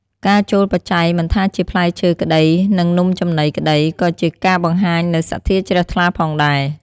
ការចូលបច្ច័យមិនថាជាផ្លែឈើក្ដី និងនំចំណីក្ដី ក៏ជាការបង្ហាញនូវសទ្ធាជ្រះថ្លាផងដែរ។